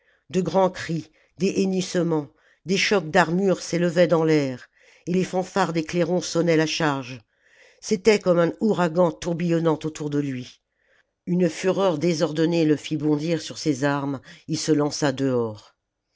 de grands cris des hennissements des chocs d'armures s'élevaient dans l'air et les fanfares des clairons sonnaient la charge c'était comme un ouragan tourbillonnant autour de lui une fureur désordonnée le fit bondir sur ses armes il se lança dehors